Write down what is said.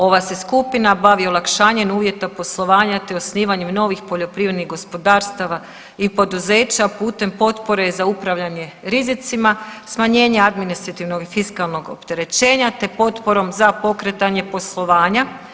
Ova se skupina bavi olakšanjem uvjeta poslovanja te osnivanjem novih poljoprivrednih gospodarstava i poduzeća putem potpore za upravljanje rizicima, smanjenje administrativnog i fiskalnog opterećenja te potporom za pokretanje poslovanja.